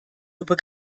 über